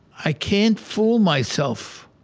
i can't fool myself.